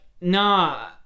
nah